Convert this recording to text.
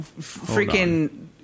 freaking